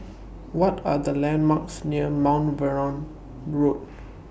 What Are The landmarks near Mount Vernon Road